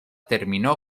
terminó